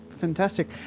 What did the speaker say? Fantastic